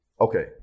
Okay